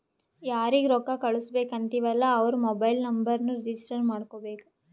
ಯಾರಿಗ ರೊಕ್ಕಾ ಕಳ್ಸುಬೇಕ್ ಅಂತಿವ್ ಅಲ್ಲಾ ಅವ್ರ ಮೊಬೈಲ್ ನುಂಬರ್ನು ರಿಜಿಸ್ಟರ್ ಮಾಡ್ಕೋಬೇಕ್